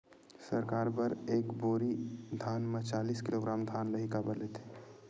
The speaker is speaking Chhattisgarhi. सरकार एक बोरी धान म चालीस किलोग्राम धान ल ही काबर लेथे?